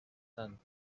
tent